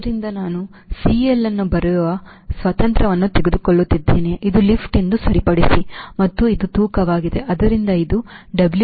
ಆದ್ದರಿಂದ ನಾನು CL ಅನ್ನು ಬರೆಯುವ ಸ್ವಾತಂತ್ರ್ಯವನ್ನು ತೆಗೆದುಕೊಳ್ಳುತ್ತಿದ್ದೇನೆ ಇದು ಲಿಫ್ಟ್ ಎಂದು ಸರಿಪಡಿಸಿ ಮತ್ತು ಇದು ತೂಕವಾಗಿದೆ ಆದ್ದರಿಂದ ಇದು W cos gamma